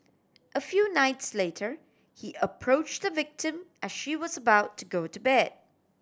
a few nights later he approach the victim as she was about to go to bed